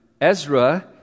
Ezra